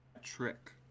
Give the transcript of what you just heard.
trick